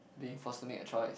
being forced to make a choice